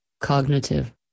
cognitive